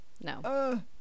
No